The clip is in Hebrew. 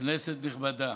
כנסת נכבדה,